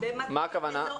למה הכוונה?